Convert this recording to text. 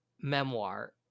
memoir